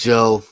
Joe